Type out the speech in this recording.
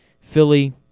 Philly